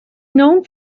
known